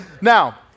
now